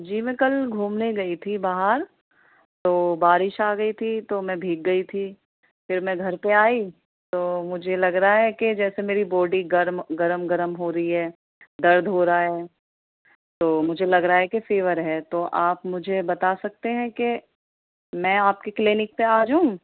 جی میں کل گھومنے گئی تھی باہر تو بارش آ گئی تھی تو میں بھیگ گئی تھی پھر میں گھر پہ آئی تو مجھے لگ رہا ہے کہ جیسے میری بوڈی گرم گرم گرم ہو رہی ہے درد ہو رہا ہے تو مجھے لگ رہا ہے کہ فیور ہے تو آپ مجھے بتا سکتے ہیں کہ میں آپ کی کلینک پہ آ جاؤں